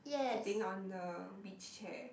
sitting on a beach chair